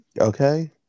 Okay